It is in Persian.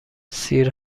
سیر